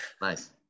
Nice